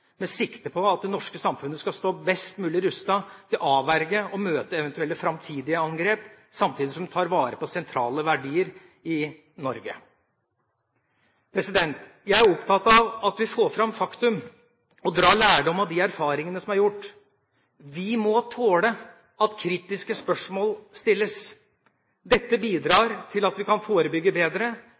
med sikte på at det norske samfunnet skal stå best mulig rustet til å avverge og å møte eventuelle framtidige angrep, samtidig som en tar vare på sentrale verdier i Norge. Jeg er opptatt av at vi får fram fakta og drar lærdom av de erfaringene som er gjort. Vi må tåle at kritiske spørsmål stilles. Dette bidrar til at vi kan forebygge bedre,